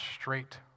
straight